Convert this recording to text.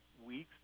weeks